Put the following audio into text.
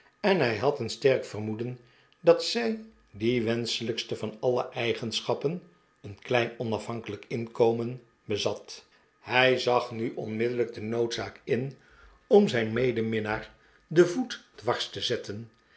en hij had een sterk vermoeden dat zij die wenschelijkste van alle eigenschappen een klein onafhankelijk inkomen bezat hij zag nu onmiddellijk de noodzakelijkheid in'om zijn medeminnaar den voet dwars te zetten